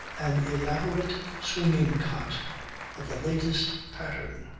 an elaborate swinging cot of the latest pattern.